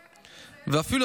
ואפילו,